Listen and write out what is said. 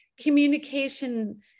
communication